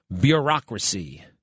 bureaucracy